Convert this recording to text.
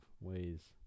ways